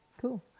cool